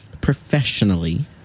professionally